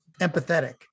empathetic